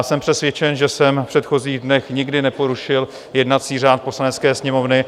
Jsem přesvědčen, že jsem v předchozích dnech nikdy neporušil jednací řád Poslanecké sněmovny.